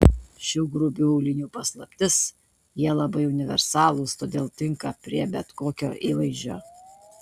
šių grubių aulinių paslaptis jie labai universalūs todėl tinka prie bet kokio įvaizdžio